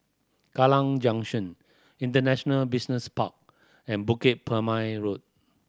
Kallang Junction International Business Park and Bukit Purmei Road